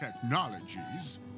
technologies